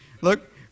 look